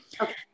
Okay